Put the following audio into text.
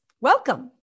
Welcome